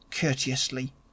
courteously